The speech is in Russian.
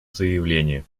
заявление